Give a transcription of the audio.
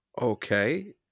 Okay